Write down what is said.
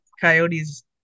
coyotes